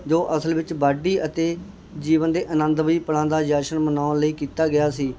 ਜੋ ਅਸਲ ਵਿੱਚ ਵਾਢੀ ਅਤੇ ਜੀਵਨ ਦੇ ਆਨੰਦਮਈ ਪਲਾਂ ਦਾ ਜਸ਼ਨ ਮਨਾਉਣ ਲਈ ਕੀਤਾ ਗਿਆ ਸੀ